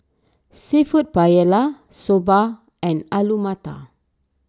Seafood Paella Soba and Alu Matar